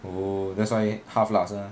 oh that's why half lah 是吗